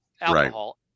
alcohol